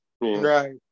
Right